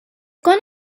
gone